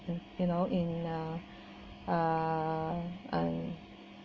you know in uh uh I